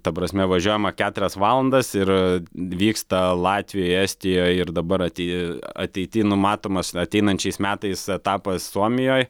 ta prasme važiuojama keturias valandas ir vyksta latvijoje estijoj ir dabar ati ateity numatomas ateinančiais metais etapas suomijoj